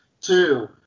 Two